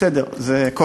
זו זכותך,